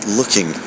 looking